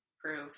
prove